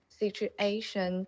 situation